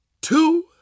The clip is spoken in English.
two